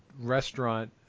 restaurant